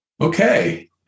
Okay